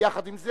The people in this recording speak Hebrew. יחד עם זה,